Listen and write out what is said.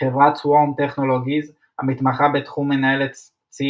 חברת Swarm Technologies המתמחה בתחום מנהלת צי